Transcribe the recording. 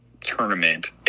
tournament